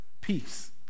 peace